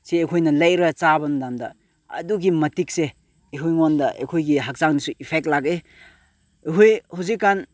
ꯁꯦ ꯑꯩꯈꯣꯏꯅ ꯂꯩꯔꯒ ꯆꯥꯕ ꯃꯇꯝꯗ ꯑꯗꯨꯛꯀꯤ ꯃꯇꯤꯛꯁꯦ ꯑꯩꯈꯣꯏꯉꯣꯟꯗ ꯑꯩꯈꯣꯏꯒꯤ ꯍꯛꯆꯥꯡꯗꯁꯨ ꯏꯐꯦꯛ ꯂꯥꯛꯏ ꯑꯩꯈꯣꯏ ꯍꯧꯖꯤꯛꯀꯥꯟ